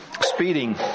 speeding